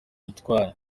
yatwaye